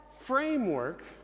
framework